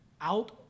out